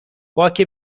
باک